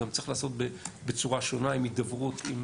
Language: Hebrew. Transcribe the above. צריך לעשות בצורה שונה בהידברות עם